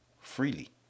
freely